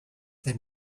that